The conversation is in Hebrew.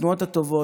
התנועות הטובות,